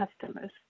customers